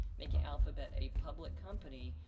making alphabet a public company,